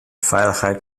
veiligheid